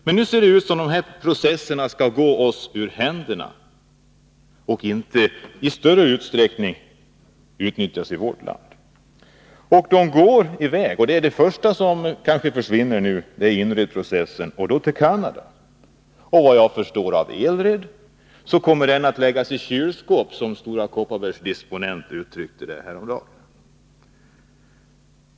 Men nu ser det ut som om de här processerna skall gå oss ur händerna och inte i större utsträckning utnyttjas i vårt land. Den första som kanske försvinner är inredprocessen, och den går till Canada. Såvitt jag förstår kommer elredprocessen att läggas i kylskåp, som Stora Kopparbergs disponent uttryckte det häromdagen.